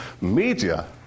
media